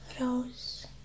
rose